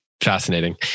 fascinating